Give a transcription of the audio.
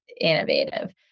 innovative